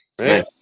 right